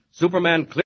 Superman